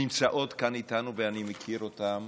שנמצאות כאן איתנו ואני מכיר אותן